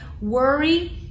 Worry